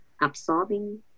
absorbing